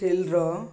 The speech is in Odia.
ଟିଲ୍ର